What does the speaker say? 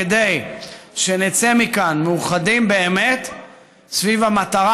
כדי שנצא מכאן מאוחדים באמת סביב המטרה